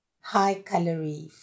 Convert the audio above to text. high-calorie